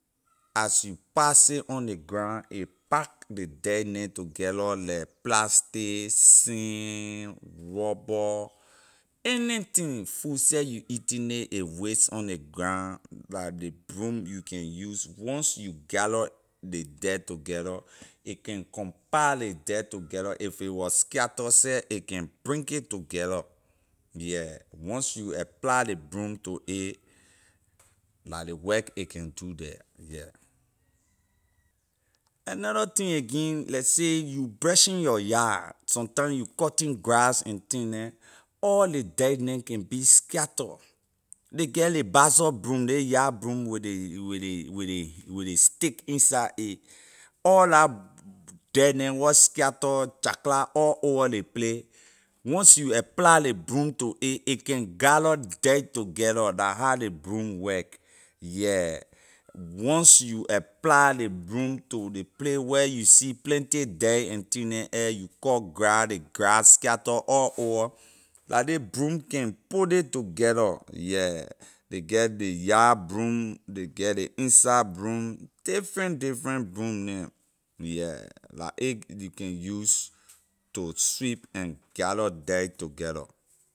As you pass it on ley ground a pack ley dirt neh together like plastic sand rubber anything food seh you eating nay ley waste on ley ground la ley broom you can use once you gather ley dirt together a can compile ley dirt together if a wor scatter seh a can bring it together yeah once you apply ley broom to a la ley work a can do there yeah another thing again leh say you brushing your yard, some time you cutting grass and thing neh all ley dirt neh can be scatter ley get ley bassa broom ley yard broom with ley with ley with ley stick inside a all la dirt neh where scatter chacla all over the place once you apply ley broom to a aay can gather dirt together la how ley broom work yeah once you apply ley broom to ley play where you see plenty dirt and thing neh air you cut grass ley grass scatter all over la ley broom can put ley together yeah ley get ley yard broom ley get ley inside broom different different broom neh yeah la a ley can use to sweep and gather dirt together.